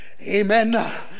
Amen